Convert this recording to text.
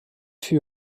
fut